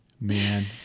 man